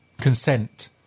consent